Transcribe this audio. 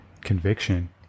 Conviction